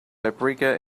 paprika